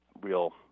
real